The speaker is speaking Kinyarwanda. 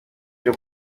byo